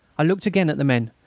i looked again at the men,